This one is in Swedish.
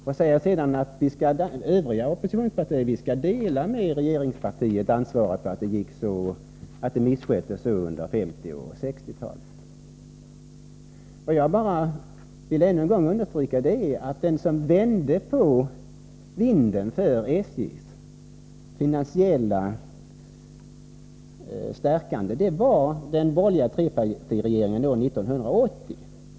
Sedan säger Kurt Hugosson att oppositionspartierna skall dela ansvaret med regeringspartiet för att detta område missköttes under 1950 och 1960-talen. Jag vill bara ännu en gång understryka att de som vände vinden för SJ:s finansiella strävanden var den borgerliga trepartiregeringen 1980.